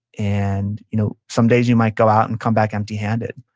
and you know some days, you might go out and come back empty-handed,